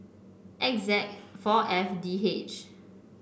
X Z four F D H